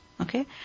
okay